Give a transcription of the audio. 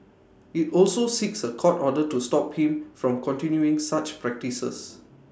IT also seeks A court order to stop him from continuing such practices